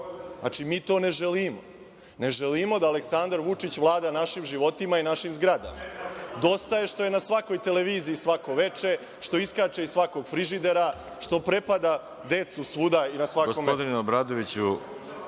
Znači, mi to ne želimo. Ne želimo da Aleksandar Vučić vlada našim životima i našim zgradama. Dosta je što je na svakoj televiziji svako veče, što iskače iz svakog frižidera, što prepada decu svuda i na svakom…